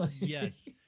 yes